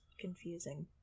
confusing